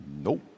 Nope